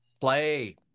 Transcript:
play